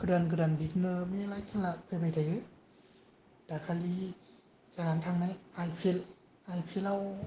गोदान गोदान बिदिनो मेरला खेला फैबाय थायो दाखालि जानानै थांनाय I P L I P L आव